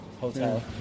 Hotel